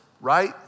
right